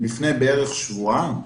לפני בערך שבועיים.